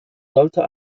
sollte